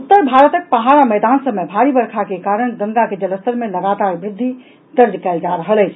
उत्तर भारतक पहाड़ आ मैदान सभ मे भारी वर्षा के कारण गंगा के जलस्तर मे लगातार वृद्धि दर्ज कयल जा रहल अछि